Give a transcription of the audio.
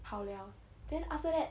好了 then after that